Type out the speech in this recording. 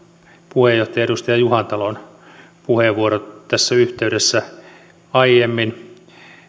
puheenjohtajan edustaja juhantalon puheenvuoro tässä yhteydessä aiemmin